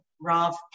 Rav